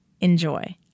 Enjoy